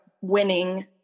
winning